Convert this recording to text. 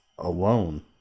alone